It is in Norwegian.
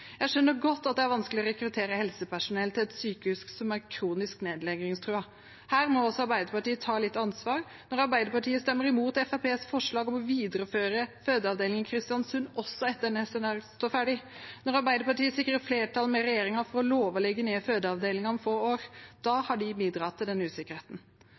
Jeg skjønner godt at det er vanskelig å rekruttere helsepersonell til et sykehus som er kronisk nedleggingstruet. Her må også Arbeiderpartiet ta litt ansvar. Når Arbeiderpartiet stemmer imot Fremskrittspartiets forslag om å videreføre fødeavdelingen i Kristiansund, også etter at SNR står ferdig, når Arbeiderpartiet sikrer flertall med regjeringen for å love å legge ned fødeavdelingen om få år, har de bidratt til den usikkerheten.